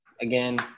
Again